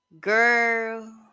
Girl